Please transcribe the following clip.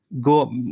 go